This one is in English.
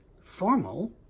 formal